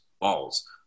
balls